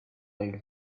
oiled